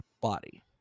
body